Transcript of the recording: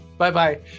Bye-bye